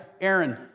Aaron